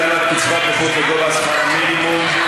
הגדלת קצבת נכות לגובה שכר המינימום),